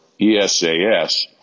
ESAS